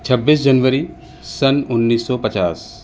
چھبیس جنوری سن انیس سو پچاس